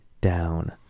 down